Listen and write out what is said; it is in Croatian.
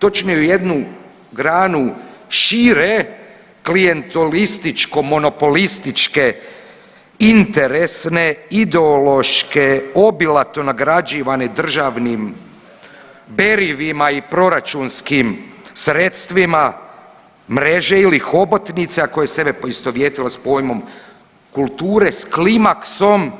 Točnije u jednu granu šire klijentelističko monopolističke interesne ideološke obilato nagrađivane državnim berivima i proračunskim sredstvima mreže ili hobotnice, a koja je sebe poistovjetila s pojmom kulture s klimaksom